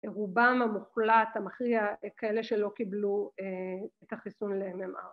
רובם המוחלט המכריע, כאלה שלא קיבלו את החיסון ל-MMR